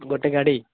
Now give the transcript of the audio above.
ଗୋଟେ ଗାଡ଼ି